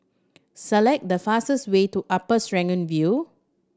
select the fastest way to Upper Serangoon View